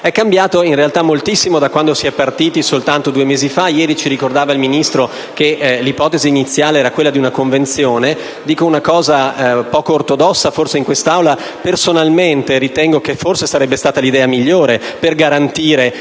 è cambiato moltissimo da quando si è partiti, soltanto due mesi fa. Ieri il Ministro ci ricordava che l'ipotesi iniziale era quella di una Convenzione. Dico una cosa forse poco ortodossa in quest'Aula: personalmente ritengo che forse quella sarebbe stata l'idea migliore per garantire